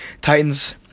Titans